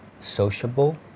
sociable